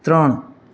ત્રણ